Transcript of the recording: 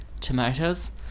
tomatoes